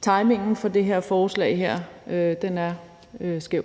timingen for det her forslag er skæv.